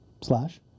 Slash